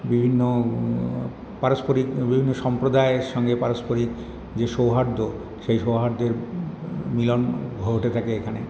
বিভিন্ন পারস্পরিক বিভিন্ন সম্প্রদায়ের সঙ্গে পারস্পরিক যে সৌহার্দ সেই সৌহার্দের মিলন ঘটে থাকে এখানে